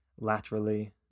laterally